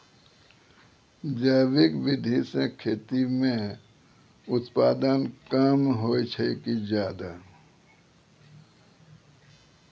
जैविक विधि से खेती म उत्पादन कम होय छै कि ज्यादा?